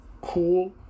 Cool